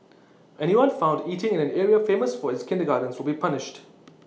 anyone found eating in an area famous for its kindergartens will be punished